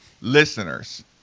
listeners